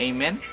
Amen